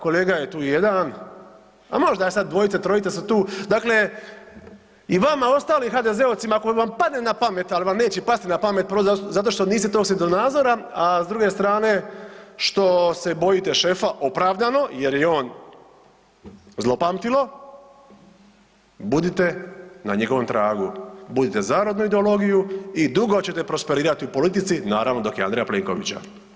Kolega je tu jedan, a možda je sad, dvojica, trojica su tu, dakle i vama ostali HDZ-ovci, ako vam padne na pamet, ali vam neće pasti na pamet, prvo, zato što niste tog svjetonazora, a s druge strane, što se bojite šefa opravdano jer je i on zlopamtilo, bude na njegovom tragu, budite za rodnu ideologiju i dugo ćete prosperirati u politici, naravno, dok je Andreja Plenkovića.